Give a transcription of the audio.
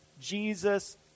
Jesus